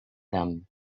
them